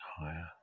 higher